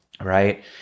right